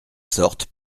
sortent